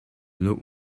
look